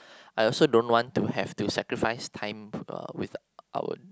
I also don't want to have to sacrifice time p~ uh with our